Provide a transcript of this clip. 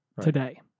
today